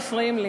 מפריעים לי.